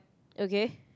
okay